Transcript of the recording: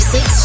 Six